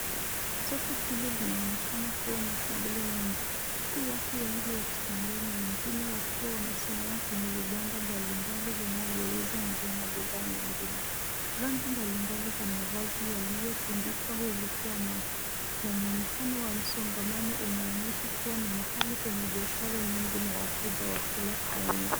Soko hili linaonekana kuwa na shughuli nyingi, huku watu wengi wakitembea na wengine wakiwa wamesimama kwenye vibanda mbalimbali vinavyouza nguo na bidhaa nyingine. Rangi mbalimbali za mavazi yaliyotundikwa huvutia macho na mwonekano wa msongamano unaonyesha kuwa ni mahali penye biashara nyingi na wateja wa kila aina.